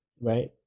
Right